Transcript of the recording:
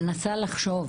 אני מנסה לחשוב